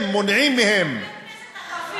אם מונעים מהם, חבר כנסת ערבי,